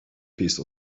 piece